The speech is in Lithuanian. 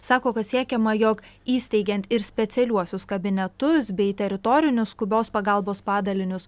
sako kad siekiama jog įsteigiant ir specialiuosius kabinetus bei teritorinius skubios pagalbos padalinius